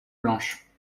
blanches